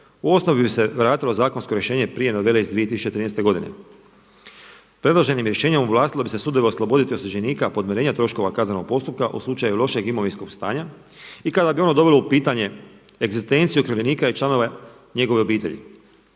u osnovi bi se vratilo zakonsko rješenje prije novele iz 2013. godine. Predloženim rješenjem ovlastilo bi se sudove osloboditi osuđenika podmirenja troškova kaznenog postupka u slučaju lošeg imovinskog stanja i kada bi ono dovelo u pitanje egzistenciju okrivljenika i članova njegove obitelji.